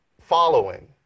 following